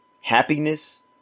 happiness